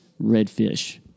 redfish